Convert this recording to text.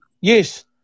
Yes